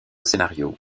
scénario